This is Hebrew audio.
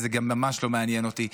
וזה גם ממש לא מעניין אותי.